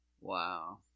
Wow